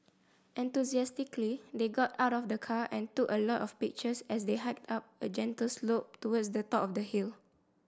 enthusiastically they got out of the car and took a lot of pictures as they hiked up a gentle slope towards the top of the hill